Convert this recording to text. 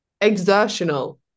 Exertional